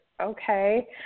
okay